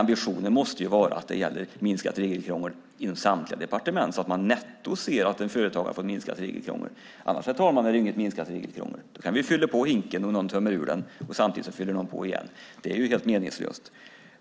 Ambitionen måste dock vara att det gäller minskat regelkrångel inom samtliga departement så att man netto ser att en företagare fått minskat regelkrångel. Annars, herr talman, är det inget minskat regelkrångel. Då kan vi fylla på hinken, och så tömmer någon ur den samtidigt som någon fyller på igen. Det är helt meningslöst.